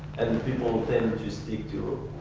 and the people tend to stick to